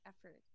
effort